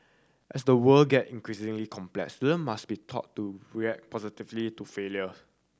as the world get increasingly complex student must be taught to react positively to failure